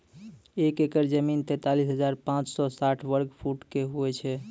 एक एकड़ जमीन, तैंतालीस हजार पांच सौ साठ वर्ग फुटो के होय छै